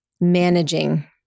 managing